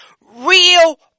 Real